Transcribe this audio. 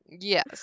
yes